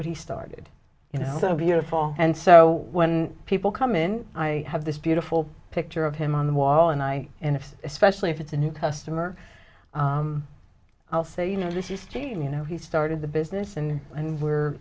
what he started you know so beautiful and so when people come in i have this beautiful picture of him on the wall and i and if especially if it's a new customer i'll say you know this is team you know he started the business and and we're